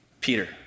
Peter